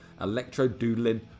electro-doodling